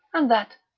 and that,